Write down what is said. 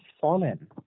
fallen